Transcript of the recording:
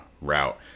route